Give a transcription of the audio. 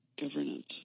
governance